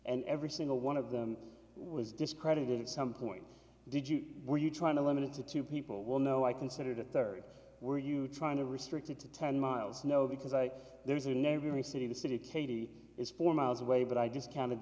and every single one of them was discredited at some point did you were you trying to limit it to two people will know i considered it or were you trying to restrict it to ten miles no because i there's a neighboring city the city katie is four miles away but i just